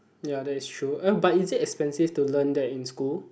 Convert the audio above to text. ya that is true but is it expensive to learn that in school